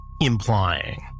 implying